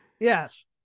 Yes